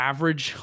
Average